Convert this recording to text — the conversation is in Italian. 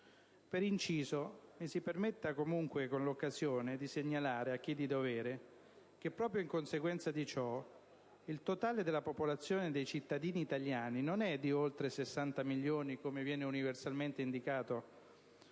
Per inciso, mi si permetta con l'occasione di segnalare a chi di dovere che proprio in conseguenza di ciò il totale della popolazione dei cittadini italiani non è di oltre 60 milioni, come viene universalmente indicato,